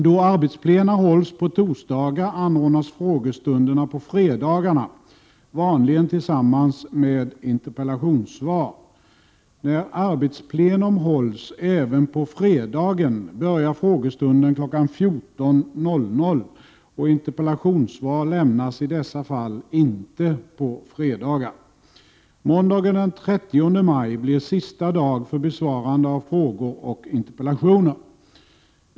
Då arbetsplena hålls på torsdagar anordnas frågestunderna på fredagarna, vanligen tillsammans med interpellationssvar. När arbetsplenum hålls även 35 på fredagen börjar frågestunden kl. 14.00 och interpellationssvar lämnas i dessa fall inte på fredagar. Måndagen den 30 maj blir sista dag för besvarande av frågor och interpellationer.